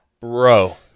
bro